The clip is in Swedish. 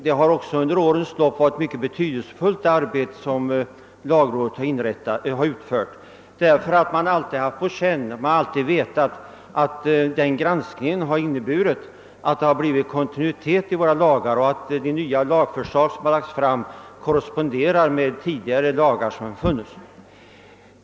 Under årens lopp har lagrådet också utfört ett mycket betydelsefullt arbete, bl.a. därför att man alltid vetat att dess granskning inneburit att det blivit kontinuitet i våra lagar och att nya lagförslag korresponderat med tidigare lagar.